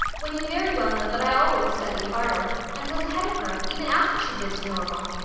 when you very well know that i always studied harder, and was ahead of her, even after she'd been to normal.